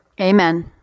Amen